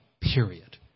period